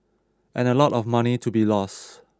and a lot of money to be lost